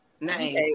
Nice